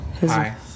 hi